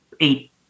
eight